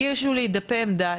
הגישו לי דפי עמדה,